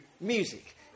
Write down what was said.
music